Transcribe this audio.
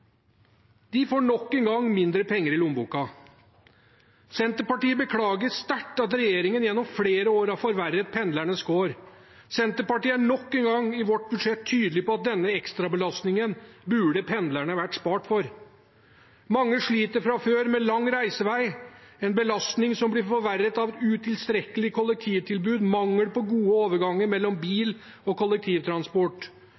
De får nok en gang mindre penger i lommeboka. Senterpartiet beklager sterkt at regjeringen gjennom flere år har forverret pendlernes kår. I Senterpartiet er vi nok en gang tydelige i vårt budsjett på at denne ekstrabelastningen burde pendlerne ha vært spart for. Mange sliter fra før med lang reisevei, en belastning som blir forverret av utilstrekkelige kollektivtilbud og mangel på gode overganger mellom